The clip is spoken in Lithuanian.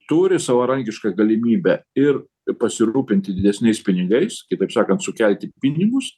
turi savarankišką galimybę ir pasirūpinti didesniais pinigais kitaip sakant sukelti pinigus